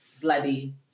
bloody